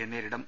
യെ നേരിടും